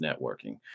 Networking